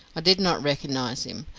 i did not recognise him,